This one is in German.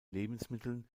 lebensmitteln